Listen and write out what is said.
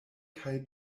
kaj